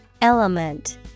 Element